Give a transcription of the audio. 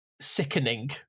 sickening